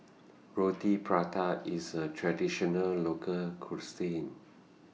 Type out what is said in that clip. Roti Prata IS A Traditional Local Cuisine